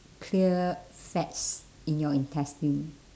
clear fats in your intestine